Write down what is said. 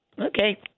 Okay